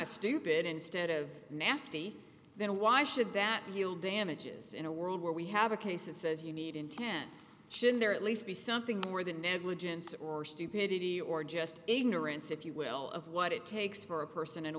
of stupid instead of nasty then why should that you'll damages in a world where we have a case that says you need intent should there at least be something more than negligence or stupidity or just ignorance if you will of what it takes for a person in a